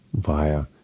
via